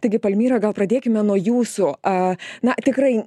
taigi palmyra gal pradėkime nuo jūsų a na tikrai